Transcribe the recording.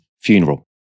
funeral